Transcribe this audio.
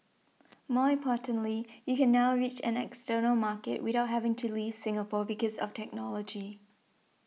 more importantly you can now reach an external market without having to leave Singapore because of technology